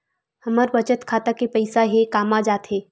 हमर बचत खाता के पईसा हे कामा जाथे?